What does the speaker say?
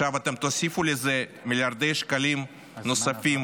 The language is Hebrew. תוסיפו לזה מיליארדי שקלים נוספים